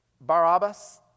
Barabbas